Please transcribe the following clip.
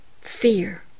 fear